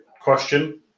question